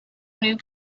new